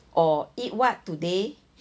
or eat what today